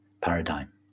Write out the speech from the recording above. paradigm